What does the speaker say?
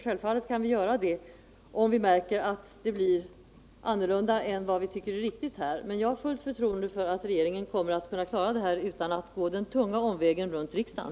Självfallet skall vi göra det om vi märker att utvecklingen går i en riktning som inte kan anses riktig, men jag har fullt förtroende för att regeringen kommer att kunna klara de här problemen utan att behöva gå den tunga omvägen via riksdagen.